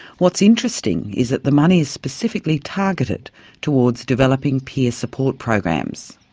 what's interesting is the money is specifically targeted towards developing peer support programs.